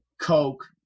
coke